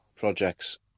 projects